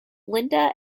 lynda